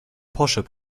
posher